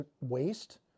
waste